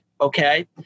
okay